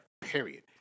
Period